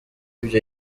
ibyo